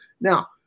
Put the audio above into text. Now